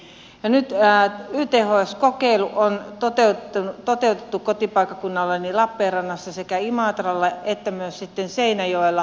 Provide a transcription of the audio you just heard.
nyt yths kokeilu on toteutettu kotipaikkakunnallani lappeenrannassa sekä imatralla että myös seinäjoella